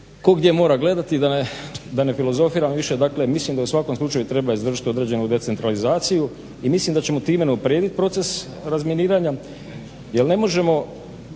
tko gdje mora gledati. Da ne filozofiram više, dakle mislim da u svakom slučaju treba izvršiti određenu decentralizaciju i mislim da ćemo time unaprijediti proces razminiranja jer ne možemo